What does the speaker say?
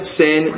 sin